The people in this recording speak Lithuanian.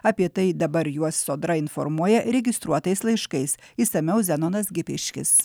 apie tai dabar juos sodra informuoja registruotais laiškais išsamiau zenonas gipiškis